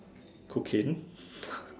cocaine